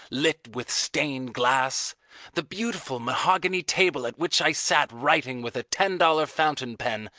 lit with stained glass the beautiful mahogany table at which i sat writing with a ten-dollar fountain pen,